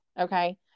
Okay